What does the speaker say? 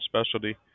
specialty